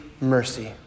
mercy